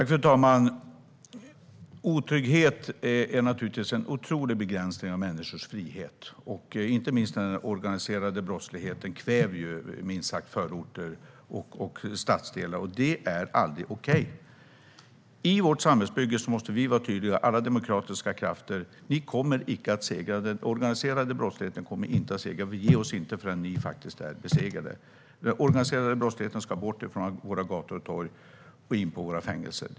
Fru talman! Otrygghet är naturligtvis en otrolig begränsning av människors frihet. Inte minst den organiserade brottsligheten kväver minst sagt förorter och stadsdelar, och det är aldrig okej. I vårt samhällsbygge måste alla demokratiska krafter vara tydliga: Den organiserade brottsligheten kommer inte att segra. Vi ger oss inte förrän ni faktiskt är besegrade. Den organiserade brottsligheten ska bort från våra gator och torg och in på våra fängelser.